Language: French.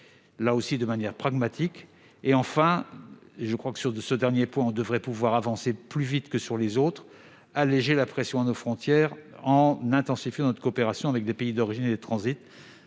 là encore de manière pragmatique. Enfin, sur ce dernier point, je pense que nous devrions pouvoir avancer plus vite que sur les autres et alléger la pression à nos frontières en intensifiant notre coopération avec les pays d'origine et de transit,